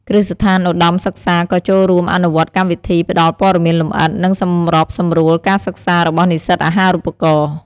គ្រឹះស្ថានឧត្តមសិក្សាក៏ចូលរួមអនុវត្តកម្មវិធី ផ្ដល់ ព័ត៌មានលម្អិត និង សម្របសម្រួលការសិក្សា របស់និស្សិតអាហារូបករណ៍។